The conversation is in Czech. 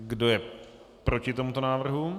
Kdo je proti tomuto návrhu?